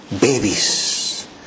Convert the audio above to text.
Babies